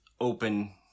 open